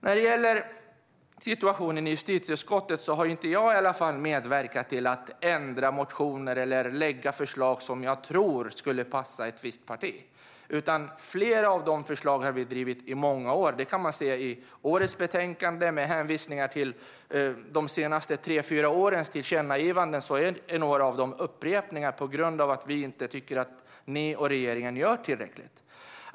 När det gäller situationen i justitieutskottet har i alla fall inte jag medverkat till att ändra motioner eller lägga fram förslag i tron att det ska passa ett visst parti. Flera av de förslagen har vi drivit i många år. Det kan man se i årets betänkande, med hänvisningar till de senaste tre fyra årens tillkännagivanden. Några av dem är upprepningar på grund av att vi inte tycker att ni och regeringen gör tillräckligt.